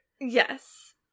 Yes